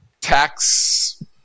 tax